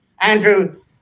Andrew